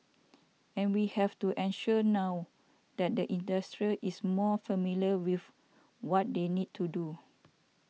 and we have to ensure now that the industrial is more familiar with what they need to do